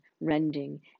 rending